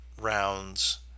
rounds